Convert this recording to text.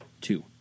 two